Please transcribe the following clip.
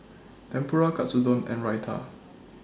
Tempura Katsudon and Raita